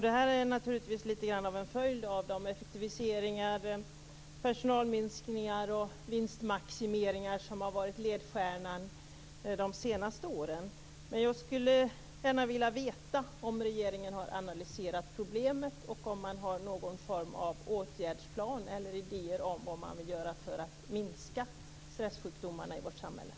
Det är naturligtvis litegrann av en följd av de effektiviseringar, personalminskningar och vinstmaximeringar som har varit ledstjärnan under de senaste åren.